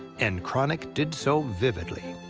and cranach did so vividly.